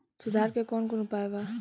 सुधार के कौन कौन उपाय वा?